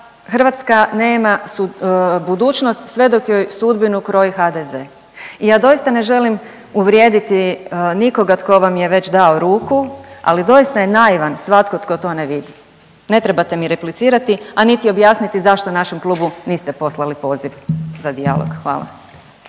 Hrvatska nema budućnost sve dok joj sudbinu kroji HDZ. I ja doista ne želim uvrijediti nikoga tko vam je već dao ruku, ali je naivan svatko tko to ne vidi. Ne trebate mi replicirati, a niti objasniti zašto našem klubu niste poslali poziv za dijalog. Hvala.